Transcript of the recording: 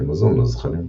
כמזון לזחלים.